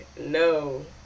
no